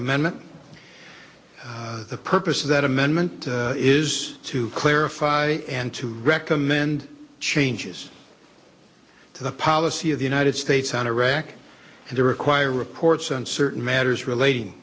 amendment the purpose of that amendment is to clarify and to recommend changes to the policy of the united states on iraq and the require reports on certain matters relating